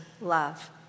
love